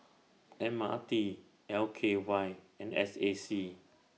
M R T L K Y and S A C